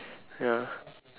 ya